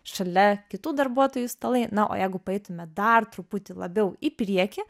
šalia kitų darbuotojų stalai na o jeigu paeitume dar truputį labiau į priekį